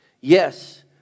Yes